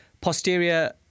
posterior